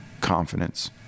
confidence